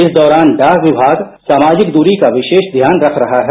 इस दौरान डाक विभाग सामाजिकदूरी का विशेष ध्यान रख रहा है